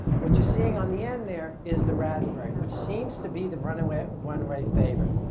what you're seeing on the end there is the raspberry which seems to be the runaway runaway favorite.